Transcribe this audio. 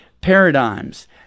paradigms